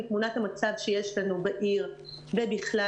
מתמונת המצב שיש לנו בעיר ובכלל,